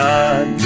God